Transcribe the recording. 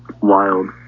wild